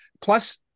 plus